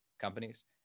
companies